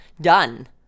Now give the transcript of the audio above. Done